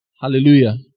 Hallelujah